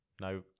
No